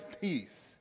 peace